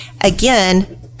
again